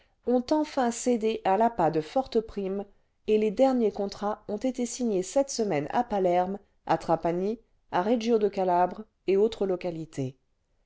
ont enfin cédé à l'appât de fortes primes et les derniers contrats ont été signés cette semaine à païenne à trapani à reggio de caiabre et autres localités